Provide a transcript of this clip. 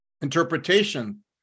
interpretation